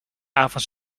avond